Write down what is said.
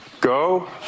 go